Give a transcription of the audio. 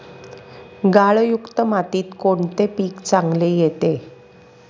गाळयुक्त मातीत कोणते पीक चांगले येते?